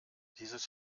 dieses